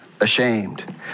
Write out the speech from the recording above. Ashamed